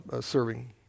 serving